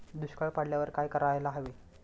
दुष्काळ पडल्यावर काय करायला हवे?